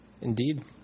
Indeed